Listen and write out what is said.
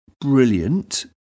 brilliant